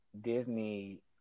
Disney